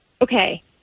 Okay